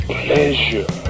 pleasure